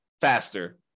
faster